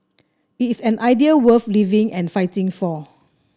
it is an idea worth living and fighting for